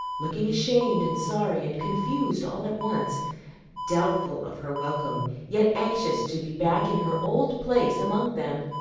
looking ashamed and sorry and confused all at once doubtful of her welcome, yet anxious to be back in her old place among them.